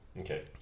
Okay